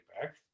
back